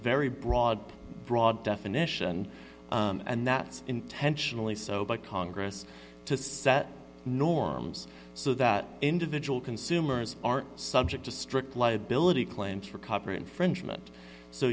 very broad broad definition and that's intentionally so by congress to set norms so that individual consumers are subject to strict liability claims for cover infringement so